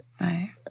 right